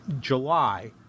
July